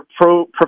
pro